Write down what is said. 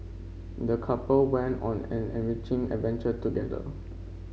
the couple went on an enriching adventure together